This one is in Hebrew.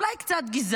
אולי קצת גזענות,